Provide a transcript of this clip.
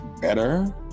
better